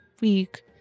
week